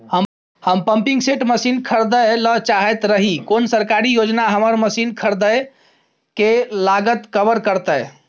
हम pumping set मसीन खरीदैय ल चाहैत रही कोन सरकारी योजना हमर मसीन खरीदय के लागत कवर करतय?